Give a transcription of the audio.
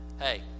Hey